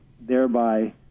thereby